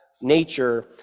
nature